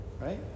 right